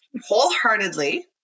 wholeheartedly